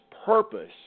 purpose